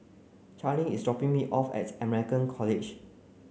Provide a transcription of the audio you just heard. Charleen is dropping me off at American College